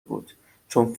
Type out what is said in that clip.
بود، چون